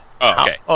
Okay